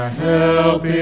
help